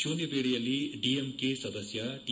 ಶೂನ್ಯವೇಳೆಯಲ್ಲಿ ಡಿಎಂಕೆ ಸದಸ್ಯ ಟಿ